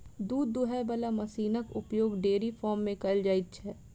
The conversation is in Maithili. दूध दूहय बला मशीनक उपयोग डेयरी फार्म मे कयल जाइत छै